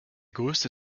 größte